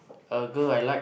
a girl I like